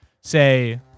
say